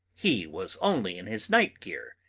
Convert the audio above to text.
he was only in his night-gear,